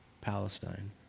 Palestine